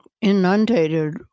inundated